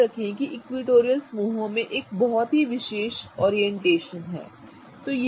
याद रखें कि इक्विटोरियल समूहों में एक बहुत ही विशेष ओरिएंटेशन है